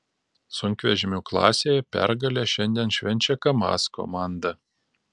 sunkvežimių klasėje pergalę šiandien švenčia kamaz komanda